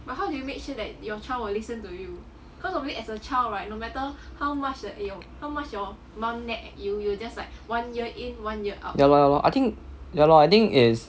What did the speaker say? ya lor ya lor I think ya lor I think is